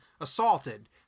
assaulted